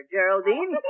Geraldine